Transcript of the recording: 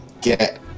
get